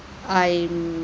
I'm